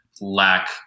lack